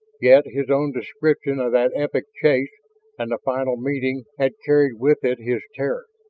yet his own description of that epic chase and the final meeting had carried with it his terror.